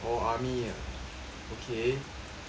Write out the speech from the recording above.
oh army ah okay